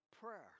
prayer